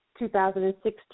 2016